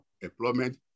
employment